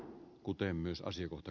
kuten myös asiakohta